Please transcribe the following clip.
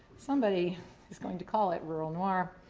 somebody is going to call it rural noir.